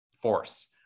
Force